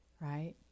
right